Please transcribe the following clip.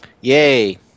Yay